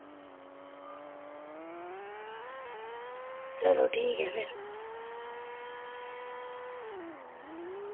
चलो ठीक ऐ फिर